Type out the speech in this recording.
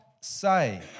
say